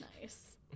nice